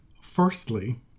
Firstly